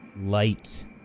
light